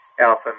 alpha